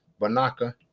Banaka